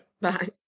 Bye